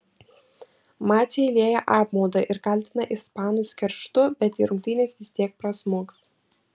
maciai lieja apmaudą ir kaltina ispanus kerštu bet į rungtynes vis tiek prasmuks